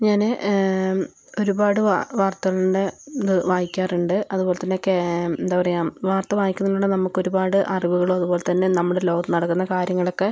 ഞാൻ ഒരുപാട് വാർ വാർത്തകളുടെ ഇത് വായിക്കാറുണ്ട് അതുപോലെത്തന്നെ കേ എന്താ പറയുക വാർത്ത വായിക്കുന്നതിലൂടെ നമുക്ക് ഒരുപാട് അറിവുകൾ അതേപോലെത്തന്നെ നമ്മുടെ ലോകത്ത് നടക്കുന്ന കാര്യങ്ങളൊക്കെ